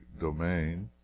domain